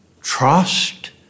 trust